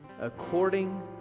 According